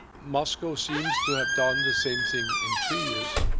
moscow seems to have done the same thing in two years.